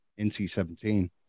nc-17